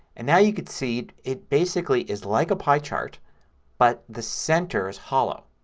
and now you can see it basically is like a pie chart but the center is hollow.